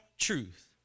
truth